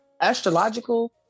astrological